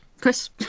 Chris